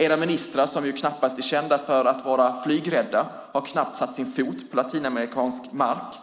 Era ministrar, som knappast är kända för att vara flygrädda, har knappt satt sin fot på latinamerikansk mark.